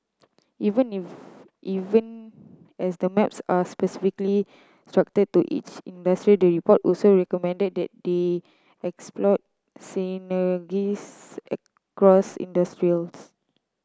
even if even as the maps are specifically structured to each industry the report also recommended that they exploit synergies across industries